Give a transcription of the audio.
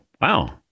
wow